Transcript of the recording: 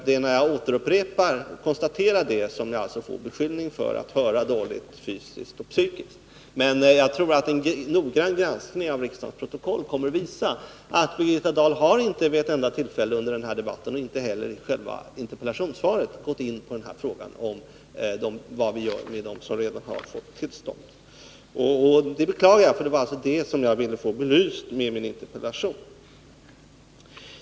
Det är när jag konstaterar det som jag alltså blir beskylld för att höra dåligt fysiskt och psykiskt. Men jag tror att en noggrann granskning av riksdagens protokoll kommer att visa att Birgitta Dahl inte vid ett enda tillfälle under denna debatt och inte heller i själva interpellationssvaret har gått in på denna fråga om vad vi gör med dem som redan har fått tillstånd. Jag beklagar det, för det var det som jag ville få belyst med min interpellation.